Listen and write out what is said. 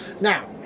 Now